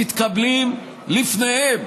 מתקבלים לפניהם.